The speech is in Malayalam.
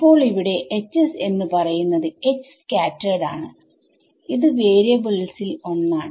അപ്പോൾ ഇവിടെ Hs എന്ന് പറയുന്നത് H സ്കാറ്റെർഡ് ആണ് ഇത് വാരിയബ്ൾസിൽ ഒന്നാണ്